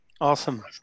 Awesome